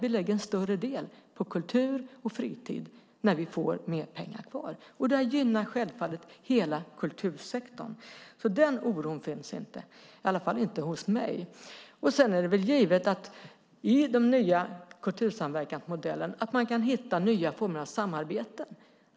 Vi lägger en större del på kultur och fritid när vi får mer pengar kvar. Detta gynnar självfallet hela kultursektorn. Den oron finns därför inte, i alla fall inte hos mig. Sedan är det väl givet att man i den nya kultursamverkansmodellen kan hitta nya former av samarbete.